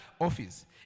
office